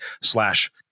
slash